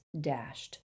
dashed